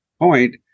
point